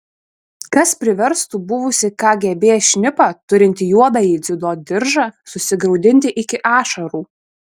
kas priverstų buvusį kgb šnipą turintį juodąjį dziudo diržą susigraudinti iki ašarų